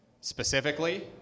specifically